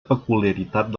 peculiaritat